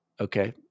Okay